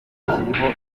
hakiriho